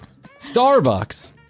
Starbucks